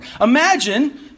Imagine